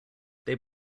they